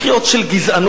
קריאות של גזענות: